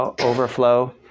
overflow